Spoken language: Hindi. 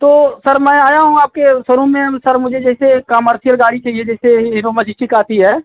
तो सर मैं आया हूँ आपके सोरूम में सर मुझे जैसे कमर्सियल गाड़ी चाहिए जैसे हीरो मजिस्टिक आती है